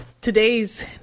today's